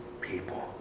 people